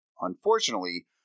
Unfortunately